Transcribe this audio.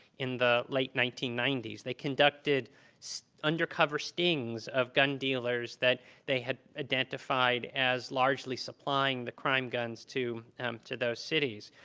in the late nineteen ninety s, they conducted so undercover stings of gun dealers that they had identified as largely supplying the crime guns to to those cities.